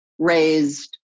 raised